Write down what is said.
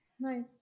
right